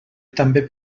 també